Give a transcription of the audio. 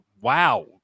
wow